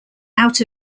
out